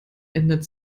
ändert